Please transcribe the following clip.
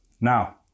Now